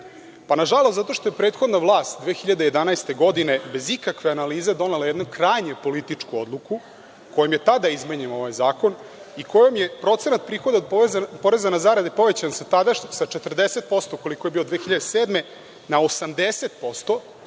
Nažalost, zato što je prethodna vlast 2011. godine, bez ikakve analize, donela jednu krajnju političku odluku, kojom je tada izmenjen ovaj zakon i kojom je procenat prihoda od poreza na zarade povećan sa tadašnjih 40%, koliko je bilo 2007. godine,